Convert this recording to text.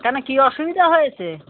কেন কি অসুবিধা হয়েছে